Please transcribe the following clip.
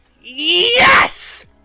Yes